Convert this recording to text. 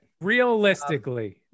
Realistically